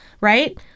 right